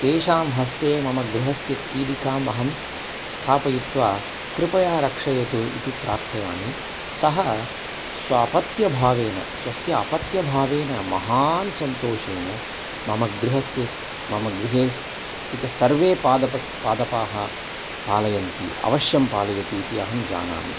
तेषां हस्ते मम गृहस्य कीलिकाम् अहं स्थापयित्वा कृपया रक्षयतु इति प्रार्थयामि सः स्वापत्यभावेन स्वस्य अपत्यभावेन महान् सन्तोषेन मम गृहस्य सः मम गृहे सः स्थितः सर्वे पादपः पादपाः पालयन्ति अवश्यं पालयति इति अहं जानामि